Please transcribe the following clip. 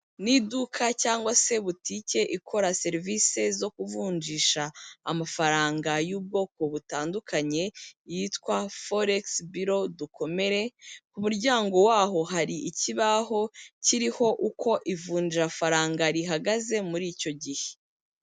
Ni duka cyangwa se butike ikora serivisi zo kuvunjisha amafaranga y'ubwoko butandukanye, yitwa foregisi biro dukomere, ku muryango waho hari ikibaho kiriho uko ivunjafaranga rihaze muri icyo gihe.